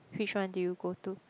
which one did you go to